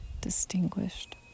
distinguished